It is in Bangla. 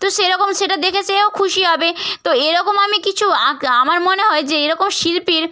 তো সেরকম সেটা দেখে সেও খুশি হবে তো এরকম আমি কিছু আঁকা আমার মনে হয় যে এরকম শিল্পীর